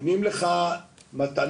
נותנים לך מתנה,